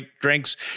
drinks